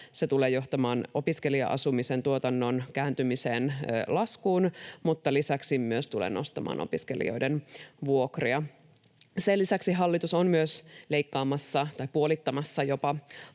Se tulee johtamaan opiskelija-asumisen tuotannon kääntymiseen laskuun, ja lisäksi se tulee nostamaan opiskelijoiden vuokria. Sen lisäksi hallitus on myös leikkaamassa tai puolittamassa jopa